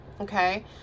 Okay